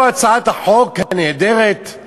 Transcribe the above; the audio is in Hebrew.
או הצעת החוק הנהדרת,